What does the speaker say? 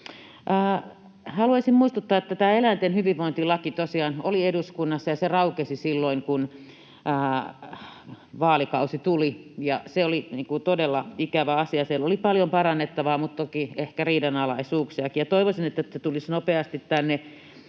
Haluaisin muistuttaa, että tämä eläinten hyvinvointilaki tosiaan oli eduskunnassa ja se raukesi silloin, kun vaalikausi tuli, ja se oli todella ikävä asia. Siellä oli paljon parannettavaa mutta toki ehkä riidanalaisuuksiakin, ja toivoisin, että se tulisi nopeasti tänne,